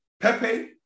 Pepe